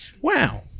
Wow